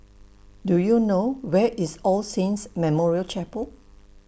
Do YOU know Where IS All Saints Memorial Chapel